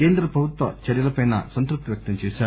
కేంద్ర ప్రభుత్వ చర్యలపై సంతృప్తి వ్యక్తం చేశారు